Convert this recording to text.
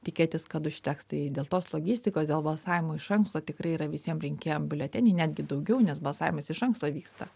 tikėtis kad užteks tai dėl tos logistikos dėl balsavimo iš anksto tikrai yra visiem rinkėjam biuleteniai netgi daugiau nes balsavimas iš anksto vyksta